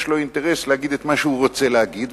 יש לו אינטרס להגיד את מה שהוא רוצה להגיד,